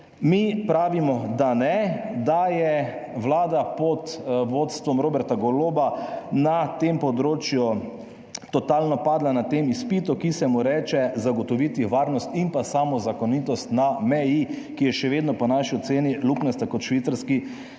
Mi pravimo, da ne, da je Vlada pod vodstvom Roberta Goloba na tem področju totalno padla na tem izpitu, ki se mu reče zagotoviti varnost in pa samozakonitost na meji, ki je še vedno po naši oceni luknjasta kot švicarski